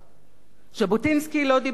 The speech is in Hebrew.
ז'בוטינסקי לא דיבר על חמלה.